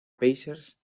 pacers